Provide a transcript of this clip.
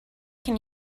can